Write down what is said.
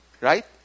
right